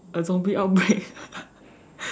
a zombie outbreak